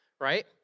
right